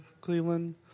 Cleveland